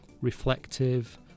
reflective